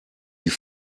die